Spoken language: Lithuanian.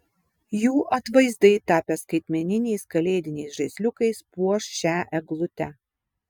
jų atvaizdai tapę skaitmeniniais kalėdiniais žaisliukais puoš šią eglutę